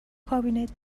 کابینت